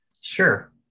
Sure